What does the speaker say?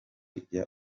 jya